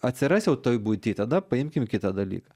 atsiras jau toj buity tada paimkim kitą dalyką